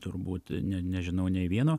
turbūt ne nežinau nei vieno